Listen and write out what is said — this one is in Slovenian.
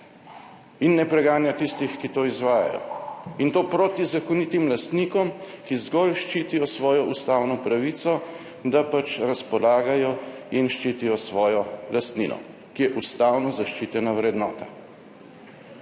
in ne preganja tistih, ki to izvajajo. In to proti zakonitim lastnikom, ki zgolj ščitijo svojo ustavno pravico, da pač razpolagajo in ščitijo svojo lastnino, ki je ustavno zaščitena vrednota.